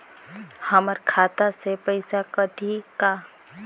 हमर खाता से पइसा कठी का?